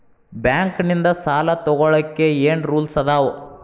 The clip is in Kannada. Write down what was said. ಬ್ಯಾಂಕ್ ನಿಂದ್ ಸಾಲ ತೊಗೋಳಕ್ಕೆ ಏನ್ ರೂಲ್ಸ್ ಅದಾವ?